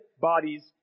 bodies